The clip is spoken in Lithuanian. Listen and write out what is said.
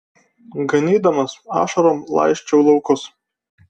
ganydamas ašarom laisčiau laukus